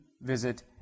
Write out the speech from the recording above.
visit